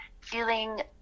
feeling